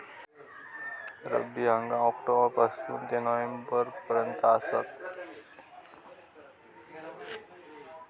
रब्बी हंगाम ऑक्टोबर पासून ते फेब्रुवारी पर्यंत आसात